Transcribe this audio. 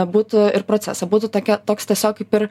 būtų ir procesą būtų tokia toks tiesiog kaip ir